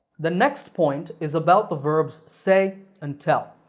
the next point is about the verbs say and tell.